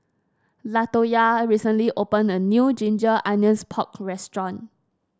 Latoyia recently opened a new Ginger Onions Pork restaurant